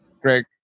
Greg